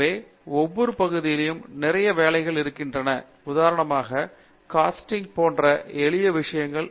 எனவே ஒவ்வொரு பகுதியிலும் நிறைய வேலை இருக்கிறது உதாரணமாக காஸ்டிங் போன்ற எளிய விஷயம்